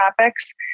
topics